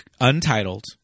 untitled